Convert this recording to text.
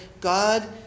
God